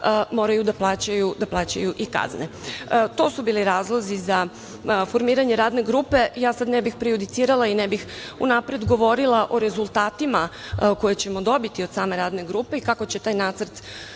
moraju da plaćaju i kazne. To su bili razlozi za formiranje radne grupe. Ne bih prejudicirala i ne bih unapred govorila o rezultatima koje ćemo dobiti od same radne grupe i kako će taj nacrt